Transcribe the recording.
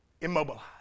Immobilized